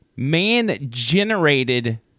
Man-generated